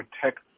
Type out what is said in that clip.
protect